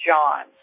John